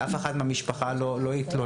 אף אחד מהמשפחה לא התלונן.